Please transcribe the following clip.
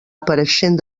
apareixent